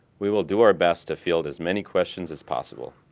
we will do our best to field as many questions as possible.